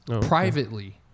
privately